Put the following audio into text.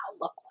look